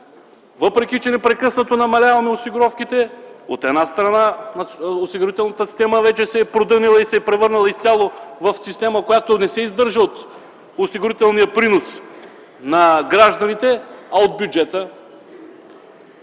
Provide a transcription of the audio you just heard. въпреки че сега непрекъснато намаляваме осигуровките, от една страна, осигурителната система вече се е продънила и се е превърнала изцяло в система, която не се издържа от осигурителния принос на гражданите, а от бюджета.